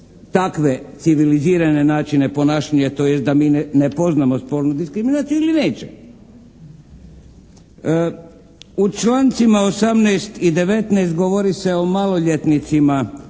takve civilizirane načine ponašanja jer to jest da mi ne poznajemo spolnu diskriminaciju ili neće. U člancima 18. i 19. govori se o maloljetnicima